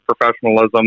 professionalism